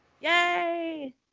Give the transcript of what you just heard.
Yay